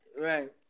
right